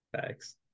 thanks